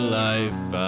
life